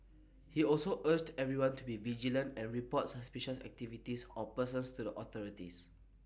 he also urged everyone to be vigilant and report suspicious activities or persons to the authorities